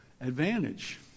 advantage